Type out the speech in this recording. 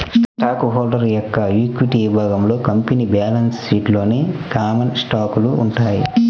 stock holder యొక్క equity విభాగంలో company balance షీట్లోని కామన్ స్టాకులు ఉంటాయి